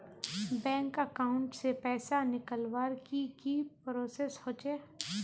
Bank account से पैसा निकालवर की की प्रोसेस होचे?